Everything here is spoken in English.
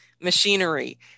machinery